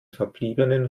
verbliebenen